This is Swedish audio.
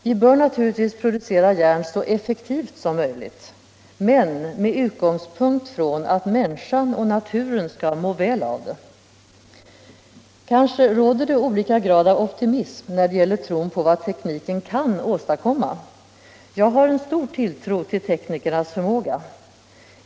Vi bör naturligtvis producera järn så effektivt som möjligt men med utgångspunkt i att människan och naturen skall må väl av det. Kanske råder det olika grad av optimism när det gäller tron på vad tekniken kan åstadkomma. Jag har stor tilltro till teknikernas förmåga.